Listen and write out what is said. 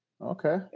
Okay